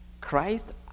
Christ